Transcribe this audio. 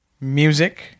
music